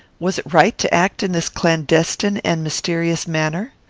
was it right to act in this clandestine and mysterious manner?